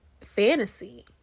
Fantasy